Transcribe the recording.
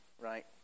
right